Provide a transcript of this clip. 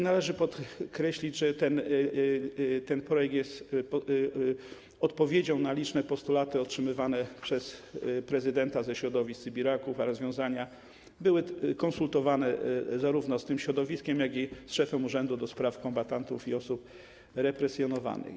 Należy podkreślić, że ten projekt jest odpowiedzią na liczne postulaty otrzymywane przez prezydenta ze środowiska sybiraków, a rozwiązania były konsultowane zarówno z tym środowiskiem, jak i z szefem Urzędu do Spraw Kombatantów i Osób Represjonowanych.